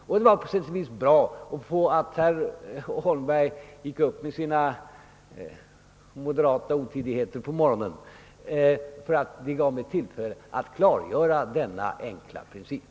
Och det var på sätt och vis bra att herr Holmberg framförde sina moderata otidigheter i förmiddags, ty det gav mig tillfälle att klargöra denna enkla princip.